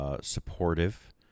supportive